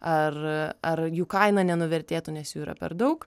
ar ar jų kaina nenuvertėtų nes jų yra per daug